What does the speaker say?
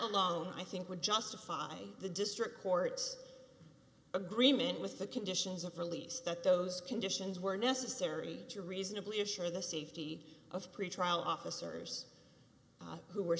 alone i think would justify the district courts agreement with the conditions of release that those conditions were necessary to reasonably assure the safety of pretrial officers who were